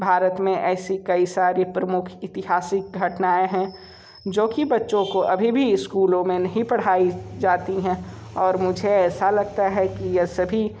भारत में ऐसी कई सारी प्रमुख इतिहासिक घटनाएं हैं जो कि बच्चों को अभी भी स्कूलों में नहीं पढ़ाई जाती हैं और मुझे ऐसा लगता है कि ये सभी